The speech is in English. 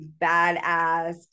badass